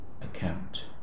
account